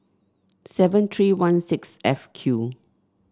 seven three one six F Q